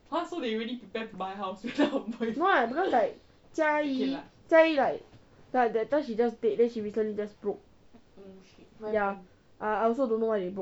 no lah because like jia yi jia yi like that that time she just date then she recently just broke I I also don't know why they broke lah